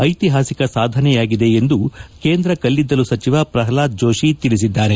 ಐತಿಹಾಸಿಕ ಸಾಧನೆಯಾಗಿದೆ ಎಂದು ಕೇಂದ್ರ ಕಲ್ಲಿದ್ದಲು ಸಚಿವ ಪ್ರಹ್ಲಾದ್ ಜೋಷಿ ಹೇಳಿದ್ದಾರೆ